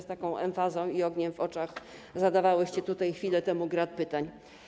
Z taką emfazą i ogniem w oczach zadawałyście tutaj chwilę temu grad pytań.